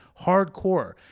hardcore